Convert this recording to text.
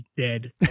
dead